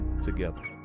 together